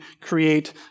create